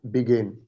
Begin